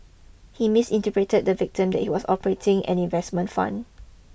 he misinterpreted to the victim that he was operating an investment fund